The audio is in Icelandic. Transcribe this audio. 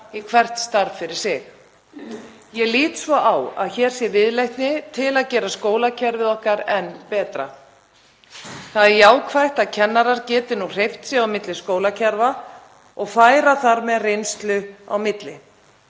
í hvert starf fyrir sig. Ég lít svo á að hér sé viðleitni til að gera skólakerfið okkar enn betra. Það er jákvætt að kennarar geti núna hreyft sig á milli skólakerfa og fært þar með reynslu á milli.